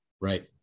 Right